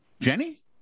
Jenny